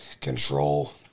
control